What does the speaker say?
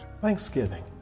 Thanksgiving